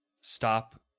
stop